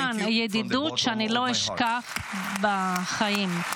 ואות לידידות שלא אשכח לעולם.